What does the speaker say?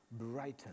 brighten